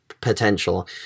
potential